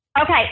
Okay